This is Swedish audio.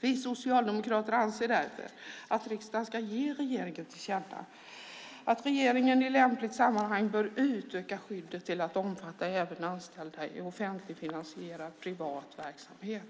Vi socialdemokrater anser därför att riksdagen ska ge regeringen till känna att regeringen i lämpligt sammanhang bör utöka skyddet till att omfatta även anställda i offentligfinansierad privat verksamhet.